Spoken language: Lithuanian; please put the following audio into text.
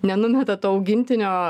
nenumeta to augintinio